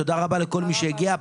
תודה רבה לכל מי שהגיע.